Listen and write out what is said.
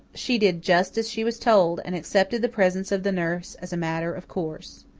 she did just as she was told, and accepted the presence of the nurse as a matter of course.